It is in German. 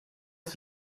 auf